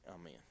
amen